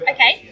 Okay